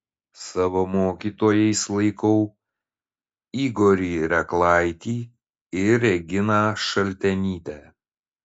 savo mokytojais laikau igorį reklaitį ir reginą šaltenytę